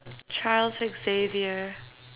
Charles X Xavier